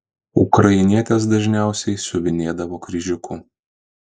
ukrainietės dažniausiai siuvinėdavo kryžiuku